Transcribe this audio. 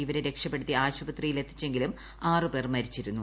ഇവരെ രക്ഷപ്പെടുത്തി ആശുപത്രിയിൽ എത്തിച്ചെങ്കിലും ആറു പേർ മരിച്ചിരുന്നു